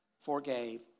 forgave